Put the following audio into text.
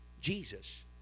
Jesus